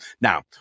Now